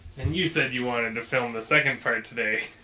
and you said you wanted to film the second part today